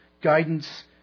guidance